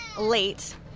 late